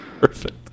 Perfect